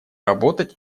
работать